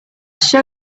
show